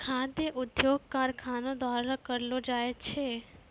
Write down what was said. खाद्य उद्योग कारखानो द्वारा करलो जाय छै